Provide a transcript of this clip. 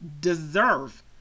deserve